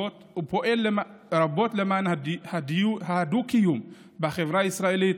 לרבות למען הדו-קיום בחברה הישראלית,